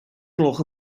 gloch